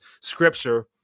scripture